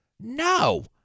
No